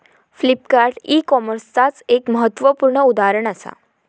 Flipkart e कॉमर्सचाच एक महत्वपूर्ण उदाहरण असा